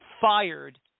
fired